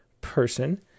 person